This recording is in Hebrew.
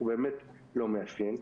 הוא באמת לא מאפיין.